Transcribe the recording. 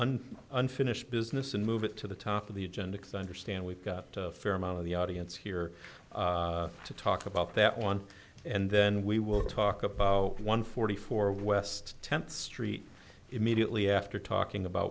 an unfinished business and move it to the top of the agenda is understand we've got a fair amount of the audience here to talk about that one and then we will talk about one forty four west tenth street immediately after talking about